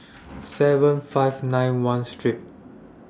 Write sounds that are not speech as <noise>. <noise> seven five nine one Street